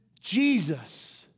Jesus